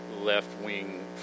left-wing